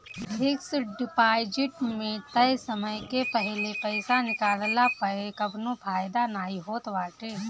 fix deposit में तय समय के पहिले पईसा निकलला पअ कवनो फायदा नाइ होत बाटे